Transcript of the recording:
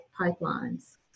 pipelines